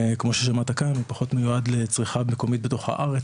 כמו ששמעת כאן - הוא פחות מיועד לצריכה מקומית בתוך הארץ,